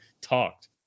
talked